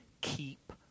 keep